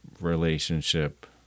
relationship